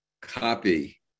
copy